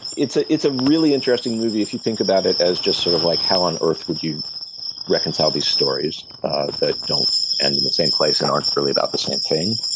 it's ah it's a really interesting movie if you think about it as just sort of like how on earth would you reconcile these stories that don't end in the same place aren't really about the same thing.